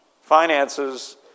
finances